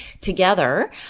together